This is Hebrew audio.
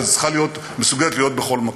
היא צריכה להיות מסוגלת להיות בכל מקום.